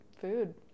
food